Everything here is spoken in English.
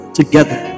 together